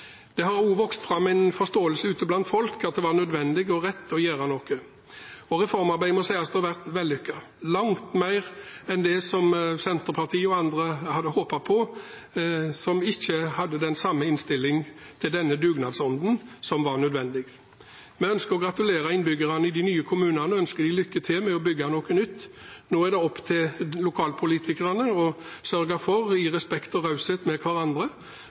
Det har også vokst fram en forståelse ute blant folk for at det var nødvendig og rett å gjøre noe. Reformarbeidet må sies å ha vært vellykket – langt mer enn Senterpartiet og andre hadde håpet på, som ikke hadde den innstillingen til denne dugnadsånden som var nødvendig. Vi ønsker å gratulere innbyggerne i de nye kommunene og ønsker dem lykke til med å bygge noe nytt. Nå er det opp til lokalpolitikerne å sørge for det, i respekt og raushet med hverandre,